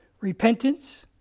repentance